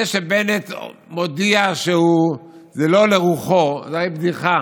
זה שבנט מודיע שזה לא לרוחו זה הרי בדיחה.